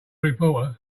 reporter